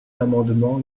l’amendement